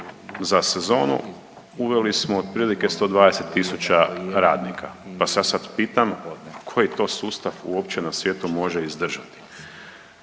Za sezonu uveli smo otprilike 120 000 radnika, pa se ja sad pitam koji to sustav uopće na svijetu može izdržati?